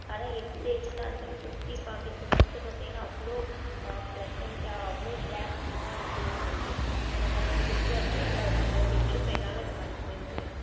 ஆனால் ஹீல்ஸ் ஸ்டேஷனா இருந்தாலும் சுற்றி பார்க்கறதுக்கு பச்சை பசேல்னு அவ்வளோ ப்ளசண்டா அவ்வளோ ரிலாக்சிங்காக வந்து இருந்துச்சு எனக்கு அந்த ட்ரிப் வந்து என்னோடய மெமரபிள் ட்ரிப் என்னால் அதை மறக்கவே முடியாது